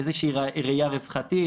איזושהי ראייה רווחתית,